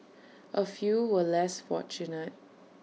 A few were less fortunate